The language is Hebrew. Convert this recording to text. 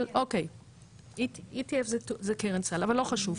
אבל אוקיי, ETF זה קרן סל, אבל לא חשוב.